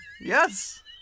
Yes